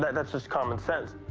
that's just common sense.